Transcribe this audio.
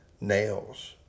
nails